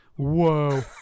Whoa